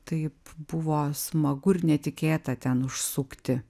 taip buvo smagu ir netikėta ten užsukti